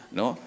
no